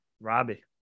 Robbie